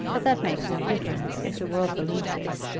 but that makes no difference, if the world believes it.